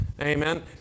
Amen